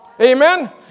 Amen